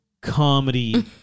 comedy